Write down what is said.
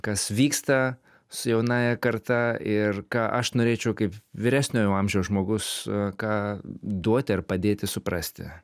kas vyksta su jaunąja karta ir ką aš norėčiau kaip vyresnio jau amžiaus žmogus ką duoti ar padėti suprasti